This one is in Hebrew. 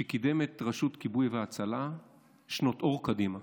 והוא קידם את רשות כיבוי והצלה שנות אור קדימה.